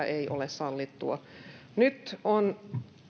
ei ole sallittua nyt on